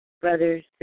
brothers